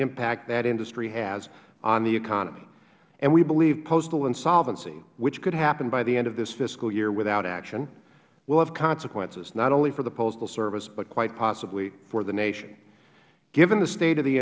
impact that industry has on the economy and we believe postal insolvency which could happen by the end of this fiscal year without action will have consequences not only for the postal service but quite possibly for the nation given the state of the